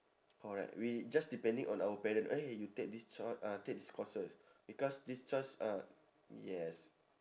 correct we just depending on our parent eh you take this cho~ uh take this courses because this choice ah yes